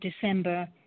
December